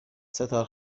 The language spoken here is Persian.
ستاره